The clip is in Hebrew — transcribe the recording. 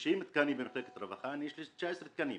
90 תקנים במחלקת רווחה ולי יש 19 תקנים.